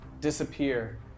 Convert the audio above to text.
disappear